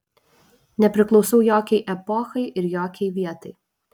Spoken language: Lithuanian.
nepriklausau jokiai epochai ir jokiai vietai